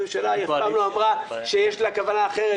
הממשלה אף פעם לא אמרה שיש לה כוונה אחרת,